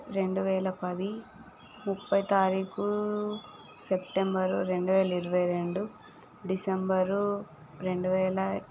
రెండు వేల పది ముప్పై తారీకు సెప్టెంబర్ రెండువేల ఇరవై రెండు డిసెంబరు రెండు వేల